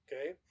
okay